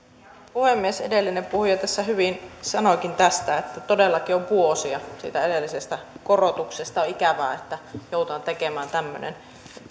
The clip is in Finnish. puhemies edellinen puhuja tässä hyvin sanoikin tästä että todellakin on vuosia siitä edellisestä korotuksesta on ikävää että joudutaan tekemään